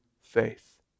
faith